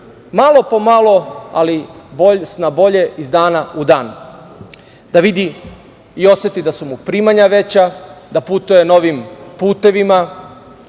malo po malo, ali na bolje iz dana u dan, da vidi i oseti da su mu primanja veća, da putuje novim putevima,